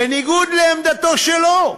בניגוד לעמדתו שלו,